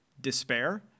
Despair